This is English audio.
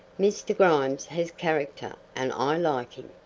mr. grimes has character and i like him.